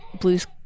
blues